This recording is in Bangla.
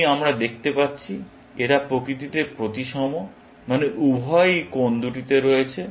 এটি আমরা দেখতে পাচ্ছি এরা প্রকৃতিতে প্রতিসম মানে উভয়ই কোণ দুটিতে রয়েছে